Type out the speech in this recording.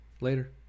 later